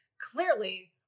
Clearly